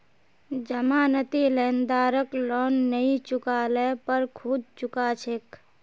जमानती लेनदारक लोन नई चुका ल पर खुद चुका छेक